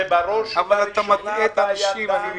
אני מצטער, אתה מטעה את האנשים.